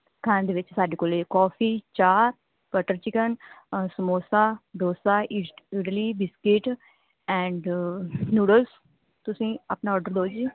ਖਾਣ ਦੇ ਵਿੱਚ ਸਾਡੇ ਕੋਲ ਕੌਫੀ ਚਾਹ ਬਟਰ ਚਿਕਨ ਅਂ ਸਮੋਸਾ ਡੋਸਾ ਇਸ਼ਟ ਇਡਲੀ ਬਿਸਕਿਟ ਐਂਡ ਨੂਡਲਸ ਤੁਸੀਂ ਆਪਣਾ ਔਡਰ ਦਿਓ ਜੀ